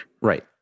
Right